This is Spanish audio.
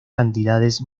cantidades